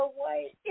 white